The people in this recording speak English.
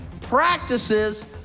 practices